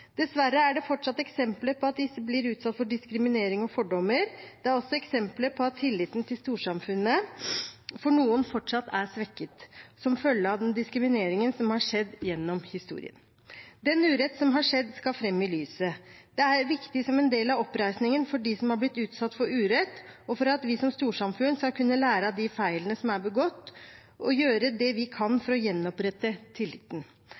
Dessverre er det fortsatt eksempler på at disse blir utsatt for diskriminering og fordommer. Det er også eksempler på at tilliten til storsamfunnet for noen fortsatt er svekket som følge av den diskrimineringen som har skjedd gjennom historien. Den urett som har skjedd, skal fram i lyset. Det er viktig som en del av oppreisningen for dem som har blitt utsatt for urett, og for at vi som storsamfunn skal kunne lære av de feilene som er begått, og gjøre det vi kan for å gjenopprette tilliten.